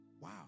Wow